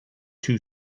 too